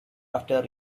after